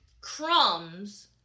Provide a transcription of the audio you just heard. crumbs